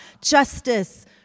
justice